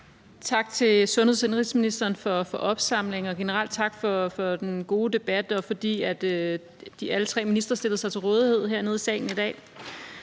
Tak til sundheds- og indenrigsministeren for opsamlingen, og generelt tak for den gode debat og for, at alle tre ministre stillede sig til rådighed hernede i salen i dag.